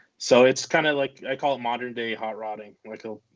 so, it's, kind of like i call it modern-day hotrodding. like ah